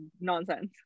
nonsense